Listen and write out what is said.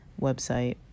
website